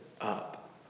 up